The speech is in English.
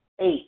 Eight